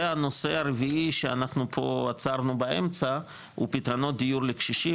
והנושא הרביעי שאנחנו פה עצרנו באמצע - הוא פתרונות דיור לקשישים,